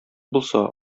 булса